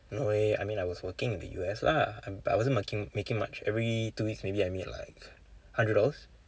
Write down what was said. no eh I mean I was working in the U_S lah and I wasn't making making much every two weeks maybe I made like hundred dollars